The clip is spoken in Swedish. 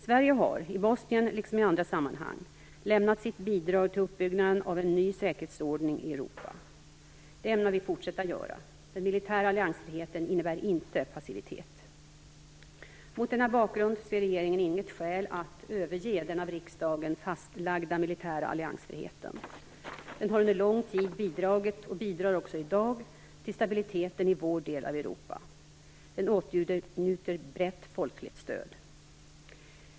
Sverige har, i Bosnien liksom i andra sammanhang, lämnat sitt bidrag till uppbyggnaden av en ny säkerhetsordning i Europa. Det ämnar vi fortsätta att göra. Den militära alliansfriheten innebär inte passivitet. Mot denna bakgrund ser regeringen inget skäl att överge den av riksdagen fastlagda militära alliansfriheten. Den har under lång tid bidragit, och bidrar också i dag, till stabiliteten i vår del av Europa. Den åtnjuter brett folkligt stöd.